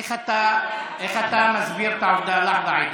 איך אתה מסביר את העובדה (אומר בערבית: